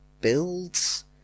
builds